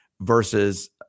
versus